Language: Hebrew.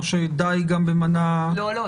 או שדי גם במנה --- לא, לא.